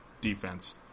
defense